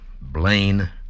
Blaine